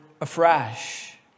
afresh